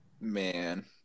Man